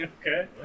okay